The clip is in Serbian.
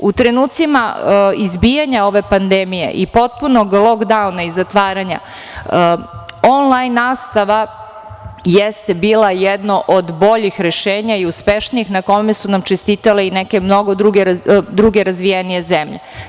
U trenucima izbijanja ove pandemije i potpunog lokdauna i zatvaranja onlajn nastava jeste bila jedno od boljih rešenja i uspešnijih, a na kome su nam čestitale i mnoge druge razvijenije zemlje.